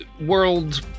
world